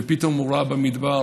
ופתאום הוא ראה במדבר